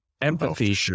Empathy